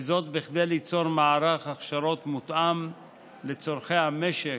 וזאת כדי ליצור מערך הכשרות מותאם לצורכי המשק,